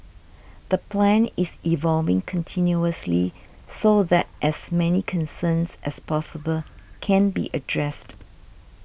the plan is evolving continuously so that as many concerns as possible can be addressed